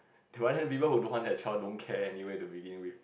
but then people who don't want their child don't care anyway to begin with